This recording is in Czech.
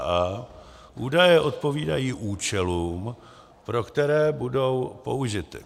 a) údaje odpovídají účelům, pro které budou použity;